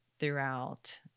throughout